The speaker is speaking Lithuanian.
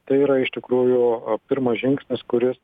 tai yra iš tikrųjų pirmas žingsnis kuris